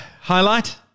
highlight